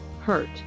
hurt